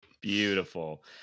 Beautiful